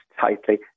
tightly